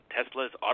Tesla's